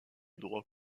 droit